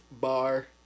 bar